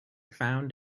found